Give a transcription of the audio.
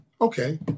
okay